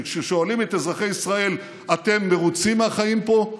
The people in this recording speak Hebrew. כי כששואלים את אזרחי ישראל: אתם מרוצים מהחיים פה?